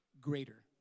greater